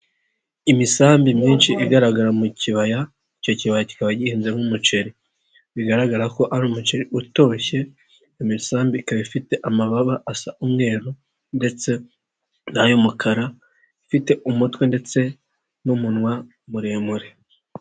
Imisambi myinshi igaragara mu kibaya, icyo kibaya kikaba gihinzemo umuceri, bigaragara ko ari umuceri utoshye, imisambi ikaba ifite amababa asa umweru ndetse n'ay'umukara, ifite umutwe ndetse n'umunwa muremure.